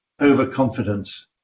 overconfidence